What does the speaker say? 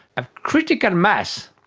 a critical mass,